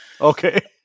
Okay